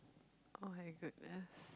oh-my-goodness